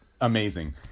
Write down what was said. Amazing